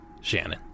Shannon